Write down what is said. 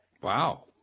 Wow